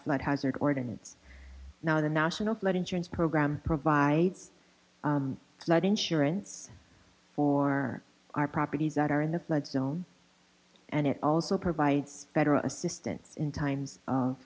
flood hazard ordinance now the national flood insurance program provides flood insurance for our properties that are in the flood zone and it also provides federal assistance in times of